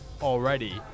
already